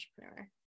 entrepreneur